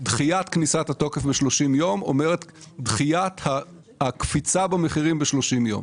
דחיית כניסת התוקף ב-30 יום אומרת דחיית הקפיצה במחירים ב-30 יום.